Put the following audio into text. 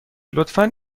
لطفا